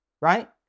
right